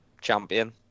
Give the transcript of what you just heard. champion